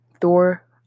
Thor